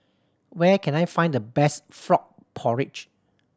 where can I find the best frog porridge